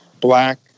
black